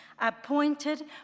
appointed